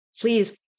please